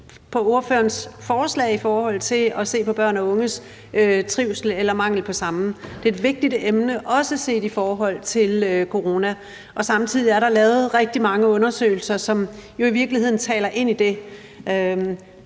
på ordførerens forslag i forhold til at se på børn og unges trivsel eller mangel på samme. Det er et vigtigt emne, også set i forhold til corona. Samtidig er der lavet rigtig mange undersøgelser, som jo i virkeligheden taler ind i det.